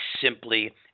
simply